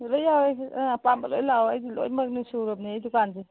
ꯂꯣꯏ ꯌꯥꯎꯏ ꯅꯪ ꯑꯄꯥꯝꯕ ꯂꯣꯏ ꯂꯥꯛꯑꯣ ꯑꯩꯁꯨ ꯂꯣꯏꯃꯛꯅꯤ ꯁꯨꯔꯕꯅꯤ ꯑꯩ ꯗꯨꯀꯥꯟꯁꯦ